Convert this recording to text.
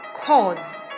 cause